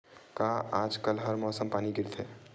का आज कल हर मौसम पानी गिरथे?